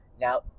Now